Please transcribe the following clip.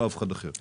לא אף אחד אחר.